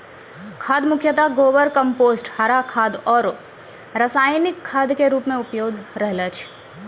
खाद मुख्यतः गोबर, कंपोस्ट, हरा खाद आरो रासायनिक खाद के रूप मॅ उपलब्ध रहै छै